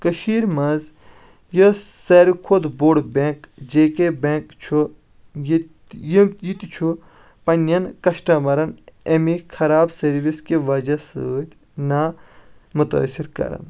کٔشیٖرِ منٛز یۄس سارِوے کھۄتہٕ بوٚڈ بینک جے کے بینک چھُ ییٚتہِ یہِ یہِ تہِ چھُ پنہٕ نٮ۪ن کسٹمرن اَمی خراب سٔروِس کہِ وجہ سۭتۍ نامُتأثِر کران